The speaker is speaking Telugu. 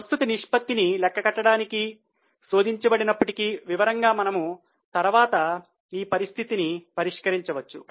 ప్రస్తుత నిష్పత్తిని లెక్కించడానికి శోదించబడినప్పటికీ వివరంగా మనము తరువాత ఈ పరిస్థితిని పరిష్కరించవచ్చు